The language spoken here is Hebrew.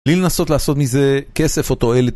בלי לנסות לעשות מזה כסף או תועלת.